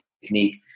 technique